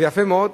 זה יפה מאוד,